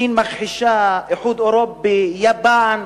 סין מכחישה, איחוד אירופי, יפן,